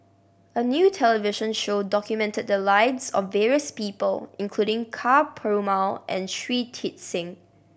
a new television show documented the lives of various people including Ka Perumal and Shui Tit Sing